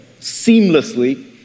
seamlessly